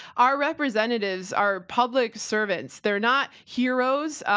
our representatives are public servants. they're not heroes.